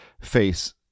face